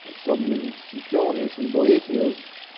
somnium scipionis, in boethius,